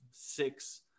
six